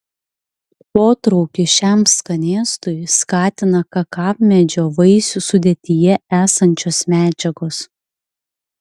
potraukį šiam skanėstui skatina kakavmedžio vaisių sudėtyje esančios medžiagos